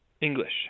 English